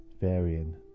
Varying